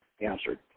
answered